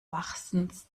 wachsens